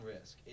risk